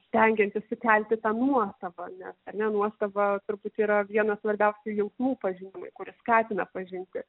stengiantis sukelti tą nuostabą nes ar ne nuostaba turbūt yra vienas svarbiausių jausmų pažinimui kuris skatina pažinti